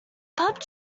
pup